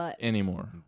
anymore